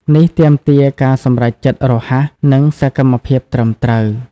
នេះទាមទារការសម្រេចចិត្តរហ័ស និងសកម្មភាពត្រឹមត្រូវ។